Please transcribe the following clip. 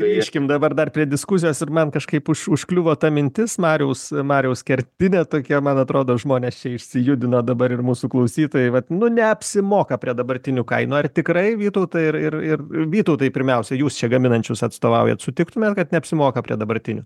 grįžkim dabar dar prie diskusijos ir man kažkaip už užkliuvo ta mintis mariaus mariaus kertinė tokia man atrodo žmonės čia išsijudino dabar ir mūsų klausytojai vat nu neapsimoka prie dabartinių kainų ar tikrai vytautai ir ir ir vytautai pirmiausia jūs čia gaminančius atstovaujat sutiktumėt kad neapsimoka prie dabartinių